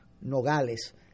Nogales